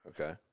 okay